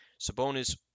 Sabonis